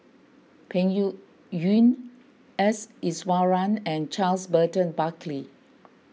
Peng Yuyun S Iswaran and Charles Burton Buckley